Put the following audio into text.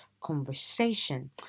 conversation